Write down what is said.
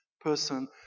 person